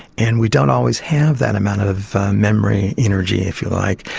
and we don't always have that amount of memory energy, if you like,